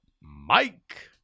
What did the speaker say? Mike